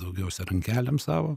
daugiausiai rankelėm savo